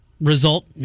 Result